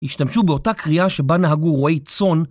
השתמשו באותה קריאה שבה נהגו רועי צאן